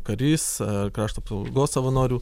karys ar krašto apsaugos savanorių